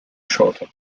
shorter